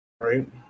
Right